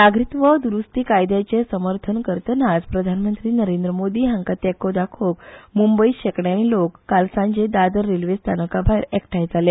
नागरिकत्व द्रुस्ती कायद्याचे समर्थन करतनाच प्रधानमंत्री नरेंद्र मोदी हांका तेको दाखोवंक मुंबयत शेकड्यानी लोक काल सांजे दादर रेल्वे स्थानकाभायर एकठाय जाले